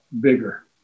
bigger